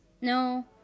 no